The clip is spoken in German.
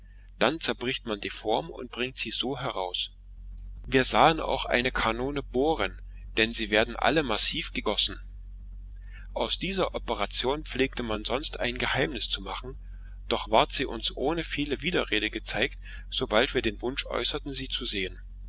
dann zerbricht man die form und bringt sie so heraus wir sahen auch eine kanone bohren denn sie werden alle massiv gegossen aus dieser operation pflegte man sonst ein geheimnis zu machen doch ward sie uns ohne viele widerrede gezeigt sobald wir den wunsch äußerten sie zu sehen